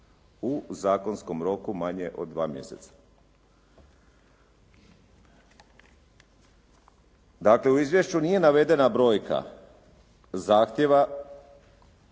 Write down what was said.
u zakonskom roku manje od 2 mjeseca. Dakle, u izvješću nije navedena brojka zahtjeva